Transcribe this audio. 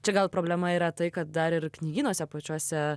čia gal problema yra tai kad dar ir knygynuose pačiuose